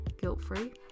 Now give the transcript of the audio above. guilt-free